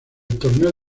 torneo